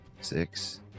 six